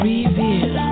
Reveal